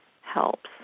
helps